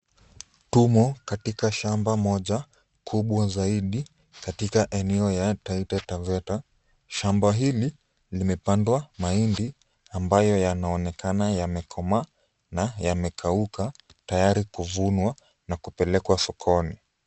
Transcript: Tumo katika shamba moja kubwa zaidi katika eneo ya Taita Taveta. Shamba hili limepandwa mahindi ambayo yanaonekana yamekomaa na yamekauka tayari kuvunwa na kupelekwa sokoni.